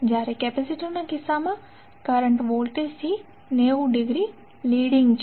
જ્યારે કેપેસિટરના કિસ્સામાં કરન્ટ વોલ્ટેજથી 90 ડિગ્રી લિડિંગ હશે